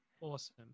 Awesome